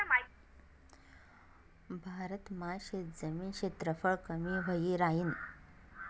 भारत मा शेतजमीन क्षेत्रफळ कमी व्हयी राहीन